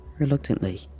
Reluctantly